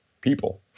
people